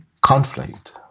conflict